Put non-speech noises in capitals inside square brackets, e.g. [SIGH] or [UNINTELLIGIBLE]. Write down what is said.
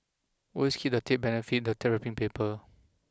always keep the tape benefit the [UNINTELLIGIBLE] paper